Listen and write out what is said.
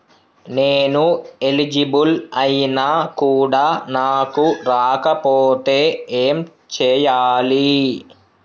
నేను ఎలిజిబుల్ ఐనా కూడా నాకు రాకపోతే ఏం చేయాలి?